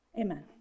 amen